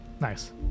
nice